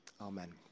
amen